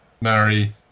marry